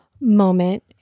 moment